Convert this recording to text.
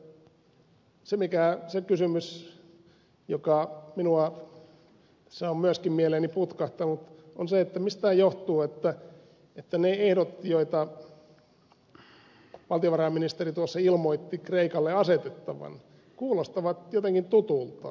lopuksi se kysymys joka minulle tässä on myöskin mieleeni putkahtanut on se että mistähän johtuu että ne ehdot joita valtiovarainministeri tuossa ilmoitti kreikalle asetettavan kuulostavat jotenkin tutuilta